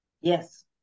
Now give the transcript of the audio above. Yes